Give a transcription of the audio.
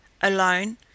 alone